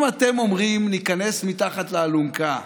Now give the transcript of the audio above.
אם אתם אומרים "ניכנס מתחת לאלונקה"